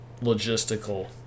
logistical